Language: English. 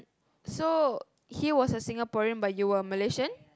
so he was a Singaporean but you were a Malaysian